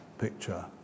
picture